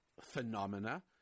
phenomena